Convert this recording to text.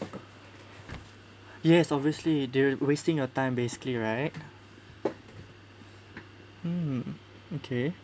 yes obviously they're wasting your time basically right mm okay